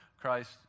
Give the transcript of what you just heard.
Christ